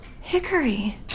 hickory